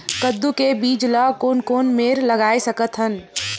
कददू के बीज ला कोन कोन मेर लगय सकथन?